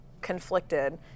conflicted